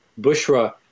Bushra